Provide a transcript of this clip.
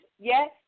Yes